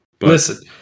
Listen